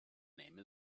name